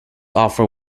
offer